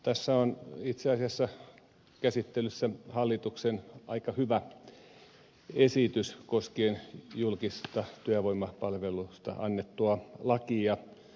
tässä on itse asiassa käsittelyssä hallituksen aika hyvä esitys koskien julkisesta työvoimapalvelusta annettua lakia